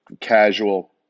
casual